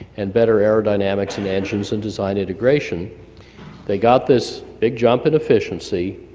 and better aerodynamics and engines, and design integration they got this big jump in efficiency,